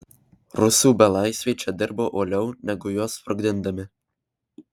rusų belaisviai čia dirbo uoliau negu juos sprogdindami